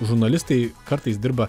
žurnalistai kartais dirba